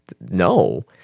no